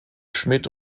schmidt